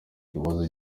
ibibazo